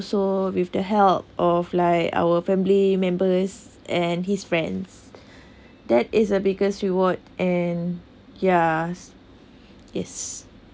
so with the help of like our family members and his friends that is the biggest reward and yeah yes